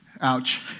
Ouch